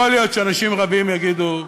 יכול להיות שאנשים רבים יגידו: